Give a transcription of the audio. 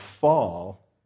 fall